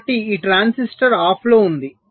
కాబట్టి ఈ ట్రాన్సిస్టర్ ఆఫ్లో ఉంది